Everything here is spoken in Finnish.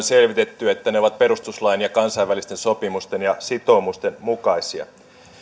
selvitetty että ne ovat perustuslain ja kansainvälisten sopimusten ja sitoumusten mukaisia